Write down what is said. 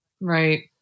Right